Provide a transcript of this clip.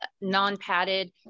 non-padded